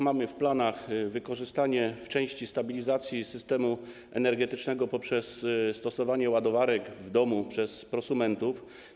Mamy w planach wykorzystanie w części stabilizacji systemu energetycznego przez stosowanie ładowarek w domu przez prosumentów.